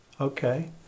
Okay